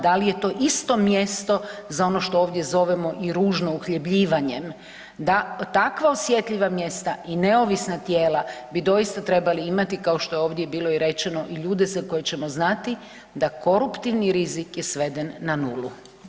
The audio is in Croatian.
Da li je to isto mjesto za ono što ovdje zovemo i ružno uhljebljivanjem, da takva osjetljiva mjesta i neovisna tijela bi doista trebali imati kao što je ovdje bilo i rečeno i ljude za koje ćemo znati da koruptivni rizik je sveden na nulu.